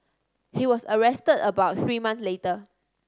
he was arrested about three months later